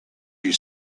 you